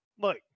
look